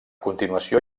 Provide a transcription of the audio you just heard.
continuació